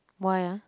why ah